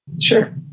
Sure